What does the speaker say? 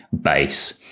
base